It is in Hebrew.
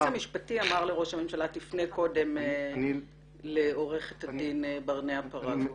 המשפטי אמר לראש הממשלה: תפנה קודם לעורכת הדין ברנע פרגו.